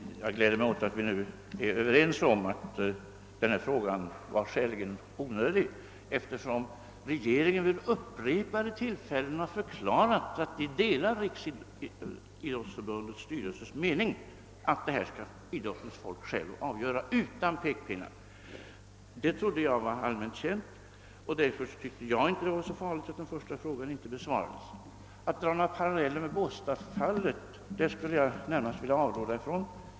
Herr talman! Jag gläder mig åt att vi nu är överens om att herr Sjöholms första enkla fråga var skäligen onödig, eftersom regeringen vid upprepade tillfällen förklarat att den delar Riksidrottsförbundets styrelses mening att idrottsfolket självt får avgöra frågor av denna typ utan pekpinnar från regeringen. Detta trodde jag var allmänt känt, och därför tyckte jag inte det var så farligt att den första frågan inte besvarades. Att dra några paralleller med Båstadsfallet skulle jag närmast vilja avråda från.